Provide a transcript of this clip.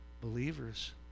believers